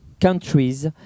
countries